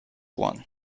one